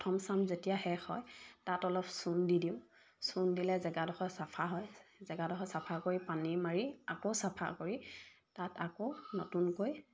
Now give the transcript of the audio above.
প্ৰথম চাম যেতিয়া শেষ হয় তাত অলপ চূণ দি দিওঁ চূণ দিলে জেগাডোখৰ চাফা হয় জেগাডোখৰ চাফা কৰি পানী মাৰি আকৌ চাফা কৰি তাত আকৌ নতুনকৈ